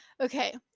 Okay